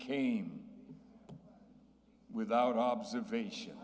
came without observation